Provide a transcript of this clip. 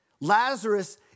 Lazarus